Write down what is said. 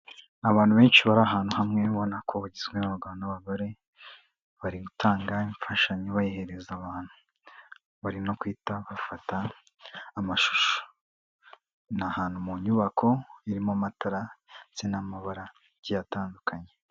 Abantu benshi bari ahantu hamwe, ubona ko bagizwe n'abagabo n'abagore, bari gutanga imfashanyo bayihereza abantu, bari no guhita bafata amashusho, ni ahantu mu nyubako irimo amatara ndetse n'amabara agiye atandukanye.